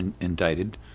indicted